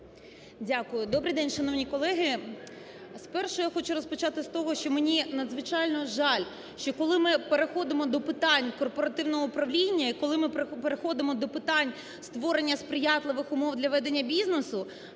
Дякую. Добрий день, шановні колеги! Спершу я хочу розпочати з того, що мені надзвичайно жаль, що коли ми переходимо до питань корпоративного управління і коли ми переходимо до питань створення сприятливих умов для ведення бізнесу,